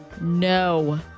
No